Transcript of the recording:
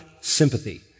sympathy